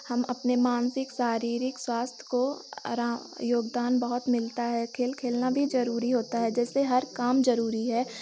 हम अपने मानसिक शारीरिक स्वास्थ्य को अरा योगदान बहुत मिलता है खेल खेलना भी ज़रूरी होता है जैसे हर काम ज़रूरी है